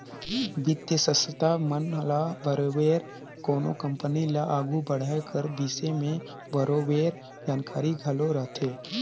बित्तीय संस्था मन ल बरोबेर कोनो कंपनी ल आघु बढ़ाए कर बिसे में बरोबेर जानकारी घलो रहथे